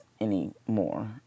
anymore